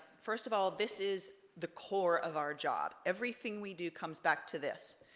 first of all, this is the core of our job. everything we do comes back to this,